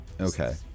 Okay